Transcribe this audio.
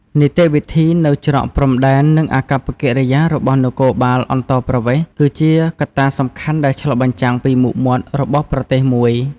នីតិវិធីនៅច្រកព្រំដែន និងអាកប្បកិរិយារបស់នគរបាលអន្តោប្រវេសន៍ គឺជាកត្តាសំខាន់ដែលឆ្លុះបញ្ចាំងពីមុខមាត់របស់ប្រទេសមួយ។